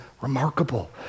remarkable